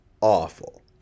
awful